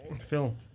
Phil